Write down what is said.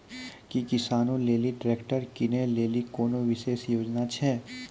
कि किसानो लेली ट्रैक्टर किनै लेली कोनो विशेष योजना छै?